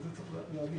את זה צריך להבין.